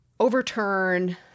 overturn